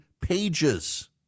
pages